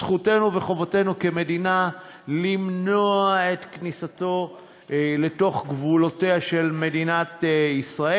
זכותנו וחובתנו כמדינה למנוע את כניסתו לתוך גבולותיה של מדינת ישראל.